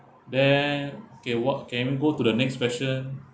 then okay what can we go to the next question